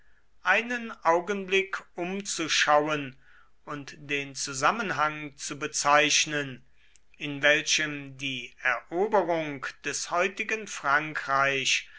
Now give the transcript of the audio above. einen augenblick umzuschauen und den zusammenhang zu bezeichnen in welchem die eroberung des heutigen frankreich